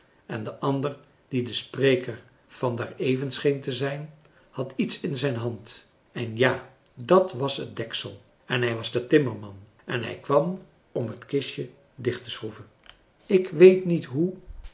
en de ander die de spreker van daar even scheen te zijn had iets in zijn hand en ja dat was het deksel en hij was de timmerman en hij kwam om het kistje dicht te schroeven ik weet niet hoe